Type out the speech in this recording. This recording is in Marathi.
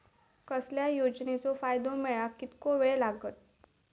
कसल्याय योजनेचो फायदो मेळाक कितको वेळ लागत?